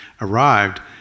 arrived